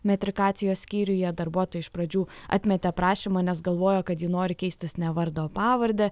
metrikacijos skyriuje darbuotojai iš pradžių atmetė prašymą nes galvojo kad ji nori keistis ne vardą o pavardę